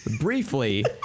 briefly